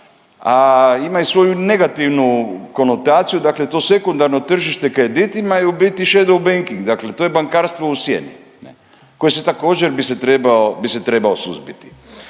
a ima i svoju negativnu konotaciju, dakle to sekundarno tržište kreditima je u biti shadow banking, dakle to je bankarstvo u sjeni, koje se također, bi se trebao suzbiti.